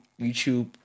YouTube